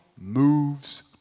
moves